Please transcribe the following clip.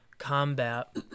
combat